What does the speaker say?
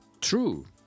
True